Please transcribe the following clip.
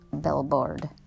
billboard